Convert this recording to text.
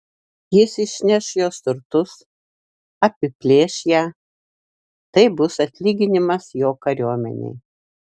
jis išsineš jos turtus apiplėš ją tai bus atlyginimas jo kariuomenei